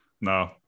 no